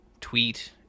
tweet